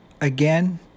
again